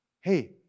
hey